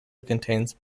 contains